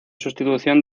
sustitución